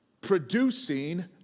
producing